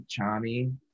Chami